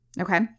Okay